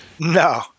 No